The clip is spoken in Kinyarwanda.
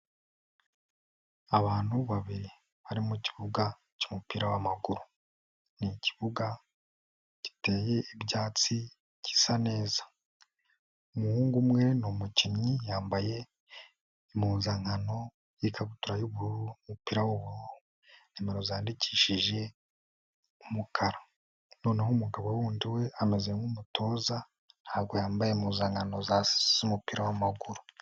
Abantu babiri bari mukibuga cy'umupira w'amaguru, ni ikibuga giteye ibyatsi gisa neza. Umuhungu umwe ni umukinnyi yambaye impuzankano y'ikabutura y'ubururu n'umupira w'uburuuru, nimero zandikishije umukara; noneho umugabo wundi we ameze nk'umutoza ntabwo yambaye impuzankano z'umupira w'amaguru.